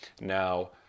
Now